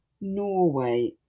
Norway